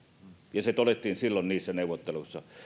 ja se todettiin silloin niissä neuvotteluissa